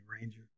ranger